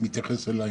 מתייחס אליי